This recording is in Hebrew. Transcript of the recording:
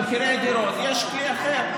במחירי דירות יש כלי אחר,